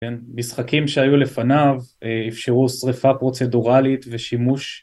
כן? משחקים שהיו לפניו אפשרו שריפה פרוצדורלית ושימוש